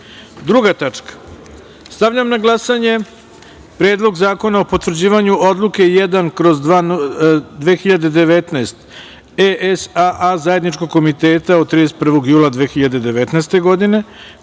reda. Stavljam na glasanje Predlog zakona o potvrđivanju Odluke 1/2019 ESAA Zajedničkog komiteta od 31. jula 2019. godine,